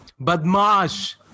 Badmash